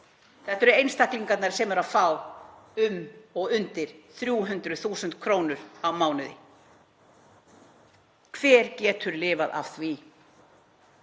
Þetta eru einstaklingarnir sem eru að fá um og undir 300.000 kr. á mánuði. Hver getur lifað af því?